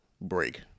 break